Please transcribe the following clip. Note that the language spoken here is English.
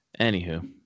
Anywho